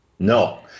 No